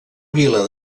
vila